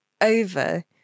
Over